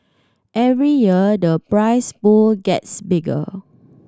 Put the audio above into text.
every year the prize pool gets bigger